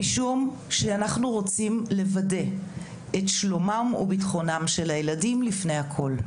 משום שאנחנו רוצים לוודא את שלומם וביטחונם של הילדים לפני הכול.